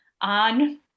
on